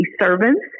servants